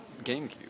GameCube